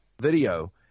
video